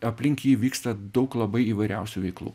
aplink jį vyksta daug labai įvairiausių veiklų